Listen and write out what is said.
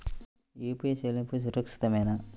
UPI చెల్లింపు సురక్షితమేనా?